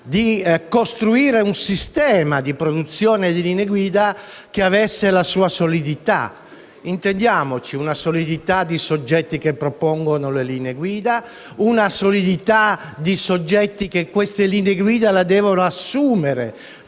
di costruire un sistema di produzione di linee guida che avesse una sua solidità. Intendiamoci, parliamo di solidità dei soggetti che propongono le linee guida e dei soggetti che tali linee guida devono assumere,